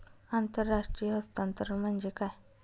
आंतरराष्ट्रीय हस्तांतरण म्हणजे काय?